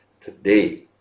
today